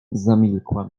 zamilkła